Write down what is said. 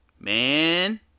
Man